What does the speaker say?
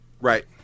Right